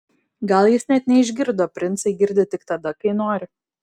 gal jis net neišgirdo princai girdi tik tada kai nori